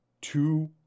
two